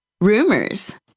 rumors